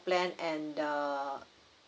plan and the